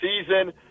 season